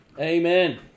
Amen